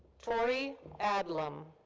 tory adlam.